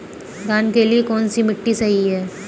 धान के लिए कौन सी मिट्टी सही है?